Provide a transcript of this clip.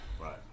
Right